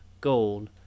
gold